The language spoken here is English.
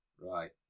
Right